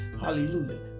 hallelujah